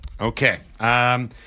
Okay